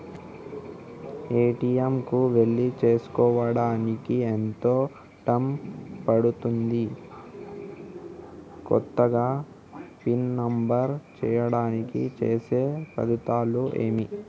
ATM కు వెళ్లి చేసుకోవడానికి ఎంత టైం పడుతది? కొత్తగా పిన్ నంబర్ చేయడానికి చేసే పద్ధతులు ఏవి?